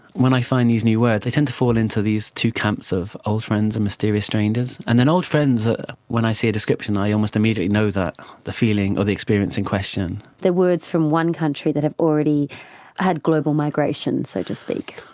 when i find these new words they tend to fall into these two camps of old friends and mysterious strangers. and old friends, ah when i see a description i almost immediately know the feeling or the experience in question. the words from one country that have already had global migration, so to speak,